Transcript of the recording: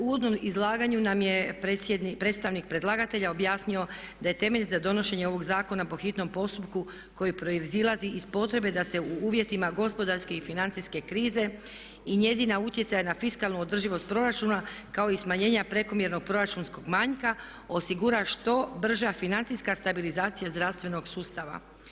U uvodnom izlaganju nam je predstavnik predlagatelja objasnio da je temelj za donošenje ovog Zakona po hitnom postupku koji proizlazi iz potrebe da se u uvjetima gospodarske i financijske krize i njezina utjecaja na fiskalnu održivost proračuna kao i smanjenja prekomjernog proračunskog manjka osigura što brža financijska stabilizacija zdravstvenog sustava.